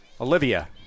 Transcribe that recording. Olivia